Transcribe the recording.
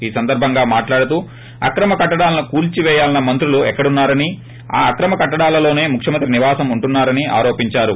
ఈ సందర్బంగా మాట్లాడుతూ అక్రమ కట్టడాలను కూల్చివేయాలన్న మంత్రులు ఎక్కడున్నారని ఆ అక్రమ కట్టడాలలోసే ముఖ్యమంత్రి నివాసం ఉంటున్నారని ఆరోపించారు